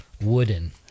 Wooden